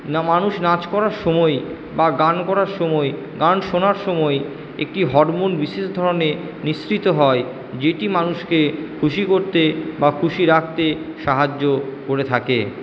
না মানুষ নাচ করার সময় বা গান করার সময় গান শোনার সময় একটি হরমোন বিশেষ ধরণের নিঃসৃত হয় যেটি মানুষকে খুশি করতে বা খুশি রাখতে সাহায্য় করে থাকে